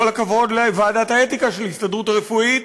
כל הכבוד לוועדת האתיקה של ההסתדרות הרפואית,